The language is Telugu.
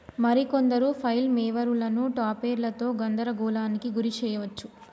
మరి కొందరు ఫ్లైల్ మోవరులను టాపెర్లతో గందరగోళానికి గురి శెయ్యవచ్చు